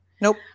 Nope